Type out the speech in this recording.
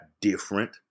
different